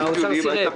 האוצר סירב.